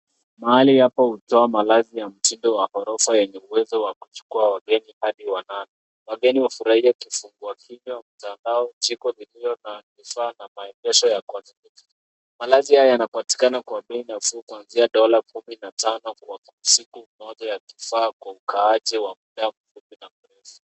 Mahali hapa hutoa malazi ya mtindo wa gorofa yenye uwezo wa kuchukua wageni hadi wa nane. Wageni hufurahia kifungua kinywa, mtandao, jiko lililo na sawa na maegesho ya... Malazi haya yanapatikana kwa bei nafuu kuanzia dola kumi na tano kwa siku moja ya usawa kwa ukaaji wa ...